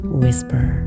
whisper